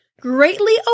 greatly